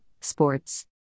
Sports